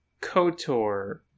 KOTOR